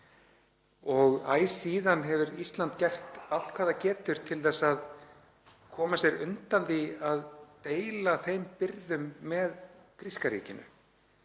Æ síðan hefur Ísland gert allt hvað það getur til að koma sér undan því að deila þeim byrðum með gríska ríkinu.